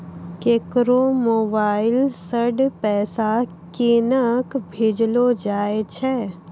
केकरो मोबाइल सऽ पैसा केनक भेजलो जाय छै?